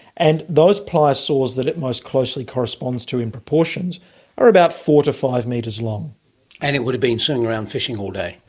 and those pliosaurs that it most closely corresponds to in proportions are about four to five metres long and it would have been swimming around fishing all day.